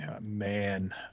Man